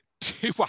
two